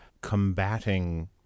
combating